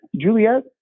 Juliet